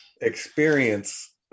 experience